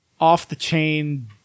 off-the-chain